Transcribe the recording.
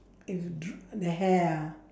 it will drop on the hair ah